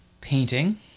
Painting